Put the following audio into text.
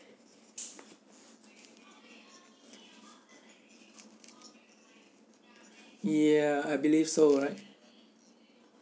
ya I believe so right